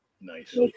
Nice